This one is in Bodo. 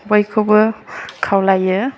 बयखौबो खावलायो